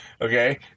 okay